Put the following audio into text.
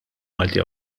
malti